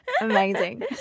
Amazing